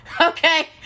okay